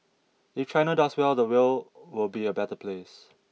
if China does well the world will be a better place